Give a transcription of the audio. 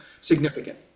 significant